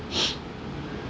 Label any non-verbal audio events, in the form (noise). (breath)